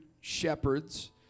shepherds